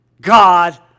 God